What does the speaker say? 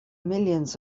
millions